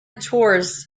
tours